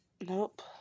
nope